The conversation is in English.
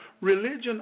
Religion